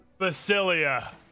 Basilia